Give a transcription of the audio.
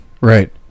right